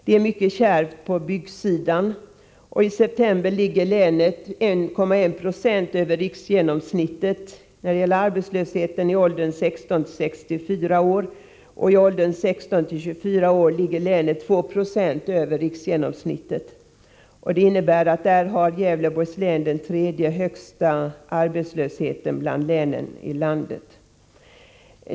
Det är kärvt på byggsidan, och i september låg länet 1,1 Zo över riksgenomsnittet för arbetslösheten i åldrarna 16-64 år — och 2 96 över riksgenomsnittet när det gäller åldrarna 16-24 år. Det innebär att Gävleborgs län kommer som trea i fråga om de högsta arbetslöshetssiffrorna bland länen i landet.